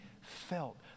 felt